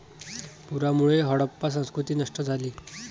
पुरामुळे हडप्पा संस्कृती नष्ट झाली